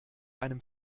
einem